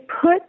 put